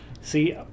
See